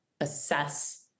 assess